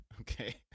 Okay